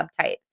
subtype